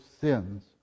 sins